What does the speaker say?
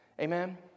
Amen